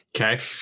Okay